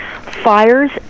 Fires